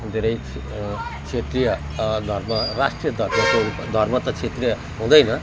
धेरै क्षेत्रीय धर्म राष्ट्रिय धर्म धर्म त क्षेत्रीय हुँदैन